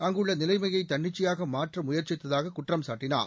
அங்குள்ள நிலைமையை தன்னிச்சையாக மாற்ற முயற்சித்ததாக குற்றம் சாட்டினார்